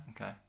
Okay